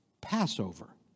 Passover